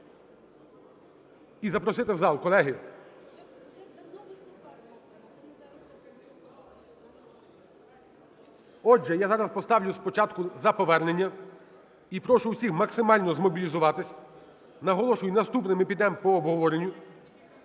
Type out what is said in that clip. і запросити в зал. Колеги… Отже, я зараз поставлю спочатку за повернення, і прошу всіх максимально змобілізуватися. Наголошую, наступні ми підемо по обговоренню.